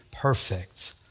Perfect